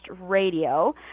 radio